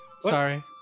Sorry